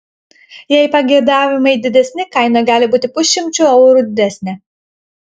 jei pageidavimai didesni kaina gali būti pusšimčiu eurų didesnė